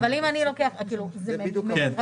זה בדיוק המנגנון.